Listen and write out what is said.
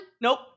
Nope